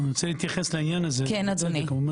אם אנחנו